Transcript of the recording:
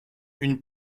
une